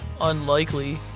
Unlikely